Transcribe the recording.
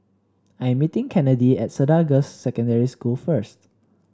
I'm meeting Kennedi at Cedar Girls' Secondary School first